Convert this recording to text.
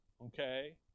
Okay